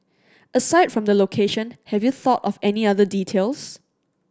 aside from the location have you thought of any other details